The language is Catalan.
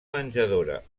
menjadora